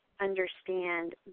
understand